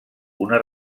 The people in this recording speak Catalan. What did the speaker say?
una